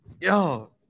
Yo